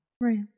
right